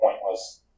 pointless